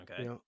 Okay